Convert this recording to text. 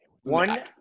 one